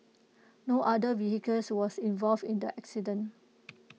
no other vehicle was involved in the accident